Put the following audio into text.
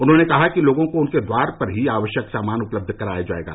उन्होंने कहा कि लोगों को उनके द्वार पर ही आवश्यक सामान उपलब्ध कराया जाएगा